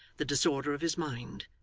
the disorder of his mind,